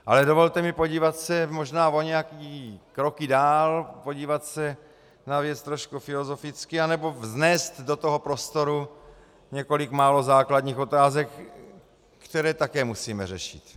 Ale dovolte mi podívat se možná o nějaké kroky dál, podívat se na věc trošku filozoficky, anebo vnést do toho prostoru několik málo základních otázek, které také musíme řešit.